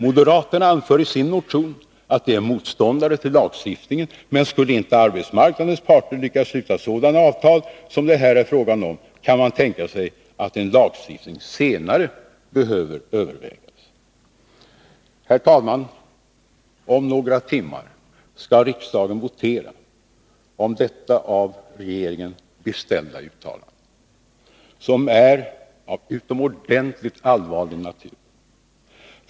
Moderaterna anför i sin motion att de är motståndare till lagstiftning, men skulle inte arbetsmarknadens parter lyckas sluta sådana avtal som det här är frågan om, kan man tänka sig att en lagstiftning senare behöver övervägas. Herr talman! Om några timmar skall riksdagen votera om detta av regeringen beställda uttalande, som är av utomordentligt allvarlig natur.